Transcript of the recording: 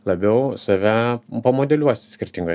labiau save pamodeliuosi skirtingoj